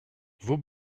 vos